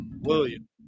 William